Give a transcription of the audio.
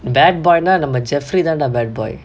bad boy lah number jeffrey than the bird boy